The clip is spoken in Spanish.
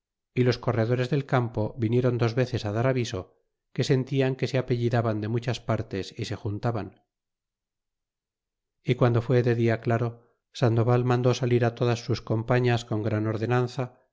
y los corredores del campo vinieron dos veces dar aviso que sentían que se apellidaban de muchas partes y se juntaban y guando fue de dia claro sandoval mandó salir todas sus compañas con gran ordenanza